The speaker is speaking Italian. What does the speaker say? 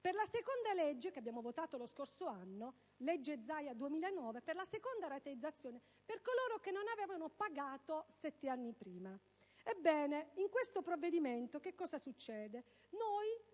per la seconda legge, che abbiamo votato lo scorso anno (la legge Zaia del 2009), che prevedeva la seconda rateizzazione per coloro che non avevano pagato sette anni prima. Ebbene, in questo provvedimento che cosa succede?